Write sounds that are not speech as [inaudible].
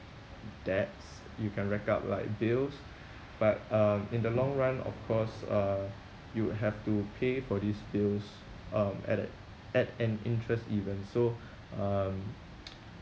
debts you can rack up like bills but um in the long run of course uh you would have to pay for these bills um at a at an interest even so um [noise]